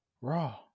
Raw